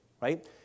Right